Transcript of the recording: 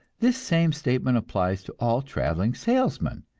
this same statement applies to all traveling salesmen,